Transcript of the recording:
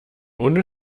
ohne